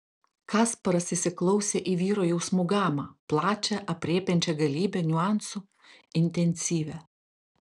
kasparas įsiklausė į vyro jausmų gamą plačią aprėpiančią galybę niuansų intensyvią